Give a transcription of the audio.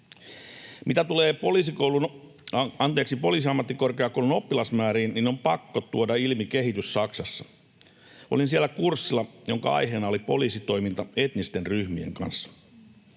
Mitä tulee Poliisiammattikorkeakoulun oppilasmääriin, niin on pakko tuoda ilmi kehitys Saksassa. Olin siellä kurssilla, jonka aiheena oli poliisitoiminta etnisten ryhmien kanssa.